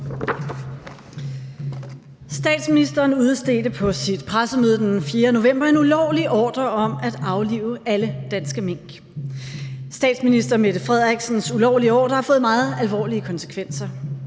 Statsministeren udstedte på sit pressemøde den 4. november en ulovlig ordre om at aflive alle danske mink. Statsminister Mette Frederiksens ulovlige ordre har fået meget alvorlige konsekvenser: